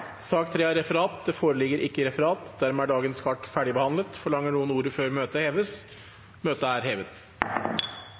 Det foreligger ikke noe referat. Dermed er dagens kart ferdigbehandlet. Forlanger noen ordet før møtet heves?